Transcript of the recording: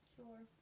Sure